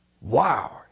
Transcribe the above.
wow